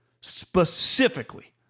specifically